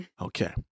Okay